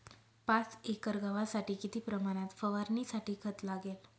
पाच एकर गव्हासाठी किती प्रमाणात फवारणीसाठी खत लागेल?